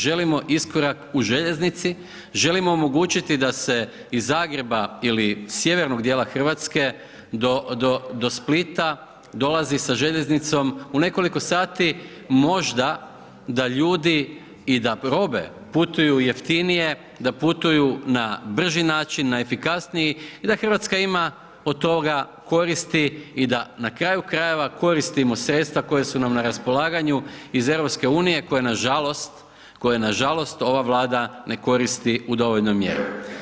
Želimo iskorak u željeznici, želimo omogućiti da se iz Zagreba ili sjevernog dijela Hrvatske, do Splita dolazi sa željeznicom, u nekoliko sati, možda da ljudi i da … putuju jeftinije, da putuju na brži način, na efikasniji i da Hrvatska ima od toga koristi i da na kraju krajeva, koristimo sredstva koje su nam na raspolaganju iz EU, koje nažalost, ova vlada ne koristi u dovoljnoj mjeri.